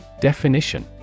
Definition